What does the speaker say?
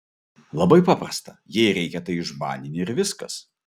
labai paprasta jei reikia tai išbanini ir viskas